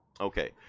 Okay